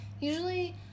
Usually